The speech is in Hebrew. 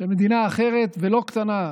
שמדינה אחרת, ולא קטנה,